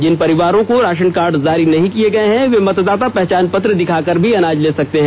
जिन परिवारों को ration card जारी नहीं किये गये हैं वे मतदाता पहचान पत्र दिखाकर भी अनाज ले सकते हैं